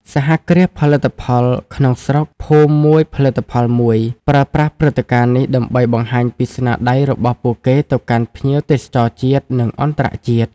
សហគ្រាសផលិតផលក្នុងស្រុក "ភូមិមួយផលិតផលមួយ" ប្រើប្រាស់ព្រឹត្តិការណ៍នេះដើម្បីបង្ហាញពីស្នាដៃរបស់ពួកគេទៅកាន់ភ្ញៀវទេសចរជាតិ និងអន្តរជាតិ។